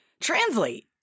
translate